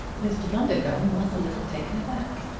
mr. bundercombe was a little taken aback.